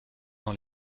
dans